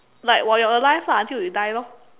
like while you are alive lah until you die lor